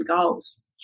goals